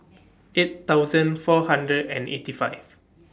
eight thousand four hundred and eighty five